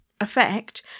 effect